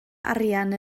arian